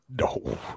No